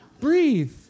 breathe